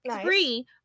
Three